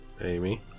Amy